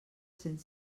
cent